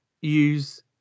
use